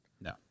No